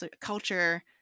culture